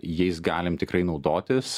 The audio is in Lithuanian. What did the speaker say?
jais galim tikrai naudotis